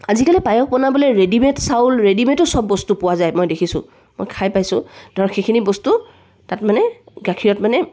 আজিকালি পায়স বনাবলৈ ৰেডিমে'ড চাউল ৰেডিমেডো চব বস্তু পোৱা যায় মই দেখিছোঁ মই খাই পাইছোঁ ধৰক সেইখিনি বস্তু তাত মানে গাখীৰত মানে